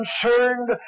concerned